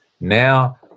Now